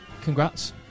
congrats